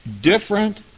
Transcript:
different